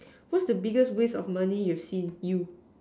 what's the biggest waste of money you've seen you